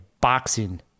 boxing